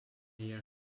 year